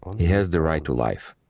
has the right to life.